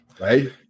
right